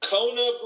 Kona